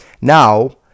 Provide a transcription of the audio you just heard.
Now